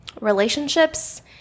relationships